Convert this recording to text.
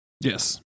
Yes